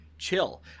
Chill